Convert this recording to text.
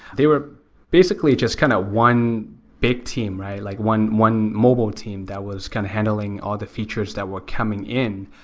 they were basically just kind of one big team, like one one mobile team that was kind of handling all the features that were coming in.